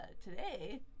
today